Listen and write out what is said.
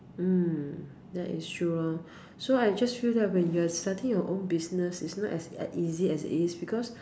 mm that is true loh so I just feel that when you are starting your own business it's not as easy as it is because